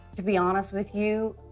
to be honest with you,